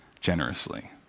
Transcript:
Generously